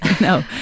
no